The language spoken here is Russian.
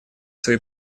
свои